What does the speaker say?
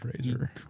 razor